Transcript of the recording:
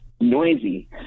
Noisy